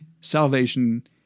salvation